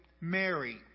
Mary